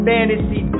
Fantasy